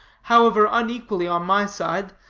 however unequally on my side,